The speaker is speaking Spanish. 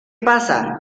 pasa